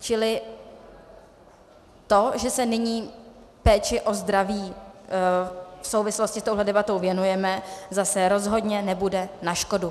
Čili to, že se nyní péči o zdraví v souvislosti s touhle debatou věnujeme, zase rozhodně nebude na škodu.